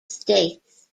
states